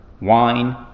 wine